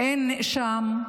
אין נאשם.